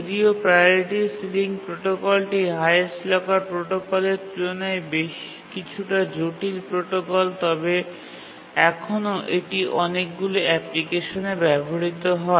যদিও priority ceiling প্রোটোকলটি highest locker প্রোটোকলের তুলনায় কিছুটা জটিল প্রোটোকল তবে এখনও এটি অনেকগুলি অ্যাপ্লিকেশনে ব্যবহৃত হয়